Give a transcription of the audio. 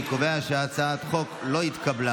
אני קובע שהצעת החוק לא התקבלה